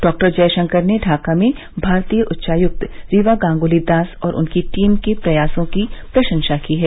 doctor Jaishankar ने ढाका में भारतीय उच्चायुक्त रीवा गांगुली दास और उनकी टीम के प्रयासों की प्रशंसा की है